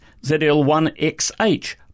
ZL1XH